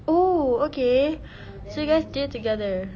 oh okay so you guys did it together